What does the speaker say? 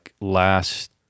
last